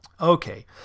Okay